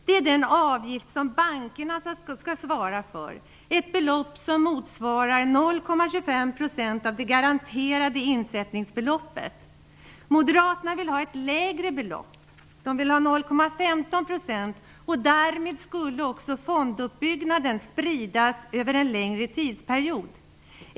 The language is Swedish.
Det är den avgift som bankerna skall svara för. Det är ett belopp som motsvarar 0,25 % av det garanterade insättningsbeloppet. Moderaterna vill ha ett lägre belopp, nämligen 0,15 %. Därmed skulle fonduppbyggnaden spridas över en längre tidsperiod.